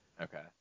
Okay